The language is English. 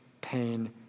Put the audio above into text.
pain